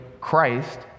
Christ